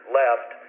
left